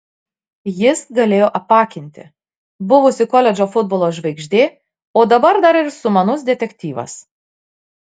jis galėjo apakinti buvusi koledžo futbolo žvaigždė o dabar dar ir sumanus detektyvas